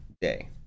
day